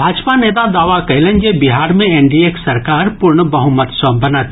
भाजपा नेता दावा कयलनि जे बिहार मे एनडीएक सरकार पूर्ण बहुमत सँ बनत